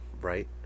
right